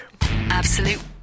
Absolute